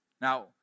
Now